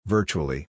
Virtually